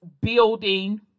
building